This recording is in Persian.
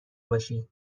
باشین